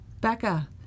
Becca